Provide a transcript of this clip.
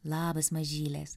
labas mažylės